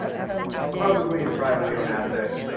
publicly and privately owned assets,